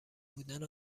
بودن